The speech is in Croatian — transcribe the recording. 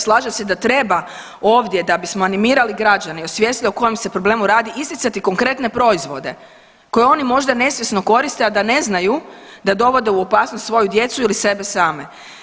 Slažem se da treba ovdje da bismo animirali građane i osvijestili o kojem se problemu radi isticati konkretne proizvode koji oni možda nesvjesno koriste a da ne znaju da dovode u opasnost svoju djecu ili sebe same.